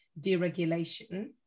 deregulation